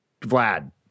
Vlad